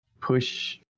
push